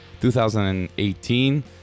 2018